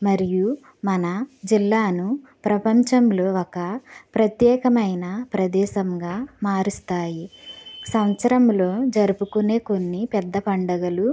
మరియు మన జిల్లాను ప్రపంచంలో ఒక ప్రత్యేకమైన ప్రదేశంగా మారుస్తాయి సంవత్సరంలో జరుపుకునే కొన్ని పెద్ద పండుగలు